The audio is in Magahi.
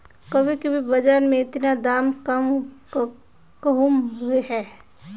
कभी कभी बाजार में इतना दाम कम कहुम रहे है?